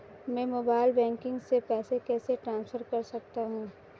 मैं mobile banking से पैसे कैसे ट्रांसफर कर सकता हूं?